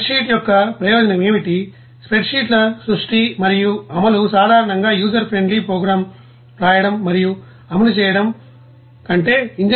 spread sheet యొక్క ప్రయోజనం ఏమిటి స్ప్రెడ్ షీట్ ల సృష్టి మరియు అమలు సాధారణంగా యూజర్ ఫ్రెండ్లీ ప్రోగ్రామ్ రాయడం మరియు అమలు చేయడం కంటే గణనీయంగా తక్కువ శ్రమను కలిగి ఉంటుంది